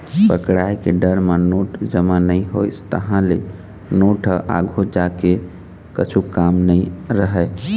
पकड़ाय के डर म नोट जमा नइ होइस, तहाँ ले नोट ह आघु जाके कछु काम के नइ रहय